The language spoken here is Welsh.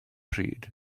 pryd